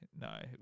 No